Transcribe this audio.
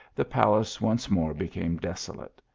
the palace once more became desolate.